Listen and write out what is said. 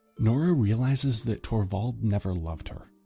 nora realizes that torvald never loved her.